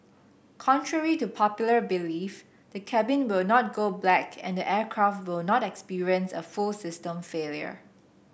contrary to popular belief the cabin will not go black and the aircraft will not experience a full system failure